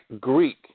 Greek